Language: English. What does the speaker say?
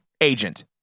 agent